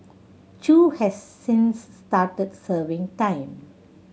Chew has since started serving time